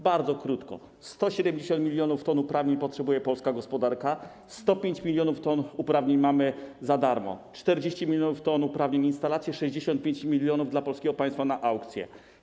Bardzo krótko: 170 mln t uprawnień potrzebuje polska gospodarka, 105 mln t uprawnień mamy za darmo: 40 mln t uprawnień - instalacje, 65 mln - dla polskiego państwa na aukcje.